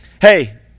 Hey